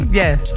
yes